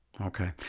Okay